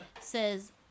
says